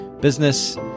business